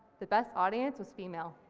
the best audience was female.